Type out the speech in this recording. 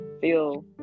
feel